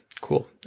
Cool